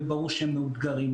וברור שהם מאותגרים.